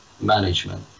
management